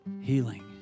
healing